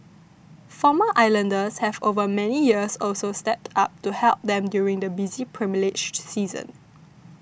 former islanders have over many years also stepped up to help them during the busy pilgrimage season